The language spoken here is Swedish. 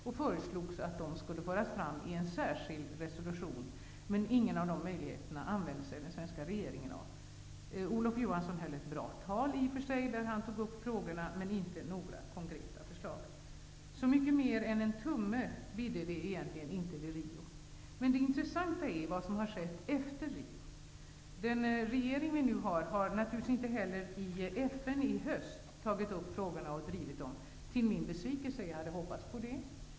Vi föreslog att frågorna skulle föras fram i en särskild resolution. Regeringen använde emellertid inte någon av dessa möjligheter. Olof Johansson höll i och för sig ett bra tal, i vilket han nämnde frågorna, men han gav inga konkreta förslag. Mycket mer än en tumme bidde det egentligen inte i Rio. Det intressanta är vad som har skett efter Rio. Nuvarande regering har, till min besvikelse, naturligtvis inte heller tagit upp frågorna i FN i höst, vilket jag hade hoppats.